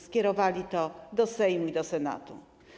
Skierowali to do Sejmu i do Senatu.